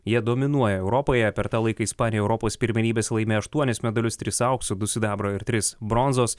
jie dominuoja europoje per tą laiką ispanija europos pirmenybes laimėjo aštuonis medalius tris aukso du sidabro ir tris bronzos